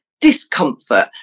discomfort